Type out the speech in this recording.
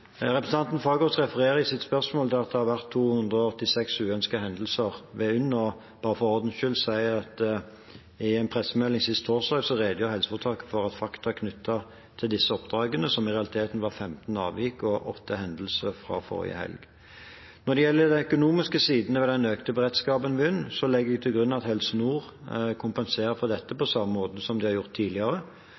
Representanten Fagerås refererer i sitt spørsmål til at det har vært 286 uønskede hendelser ved UNN. La meg for ordens skyld si at i en pressemelding sist torsdag redegjorde helseforetaket for fakta knyttet til disse oppdragene, som i realiteten var 15 avvik og 8 hendelser fra forrige helg. Når det gjelder den økonomiske siden ved den økte beredskapen ved UNN, legger jeg til grunn at Helse Nord kompenserer for dette på samme måte som de har gjort tidligere.